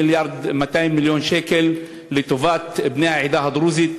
מיליארד שקל לטובת בני העדה הדרוזית,